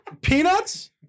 Peanuts